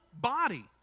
body